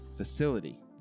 Facility